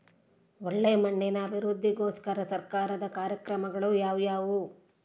ಒಳ್ಳೆ ಮಣ್ಣಿನ ಅಭಿವೃದ್ಧಿಗೋಸ್ಕರ ಸರ್ಕಾರದ ಕಾರ್ಯಕ್ರಮಗಳು ಯಾವುವು?